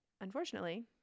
Unfortunately